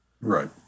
Right